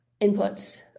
inputs